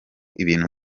ibintu